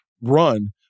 run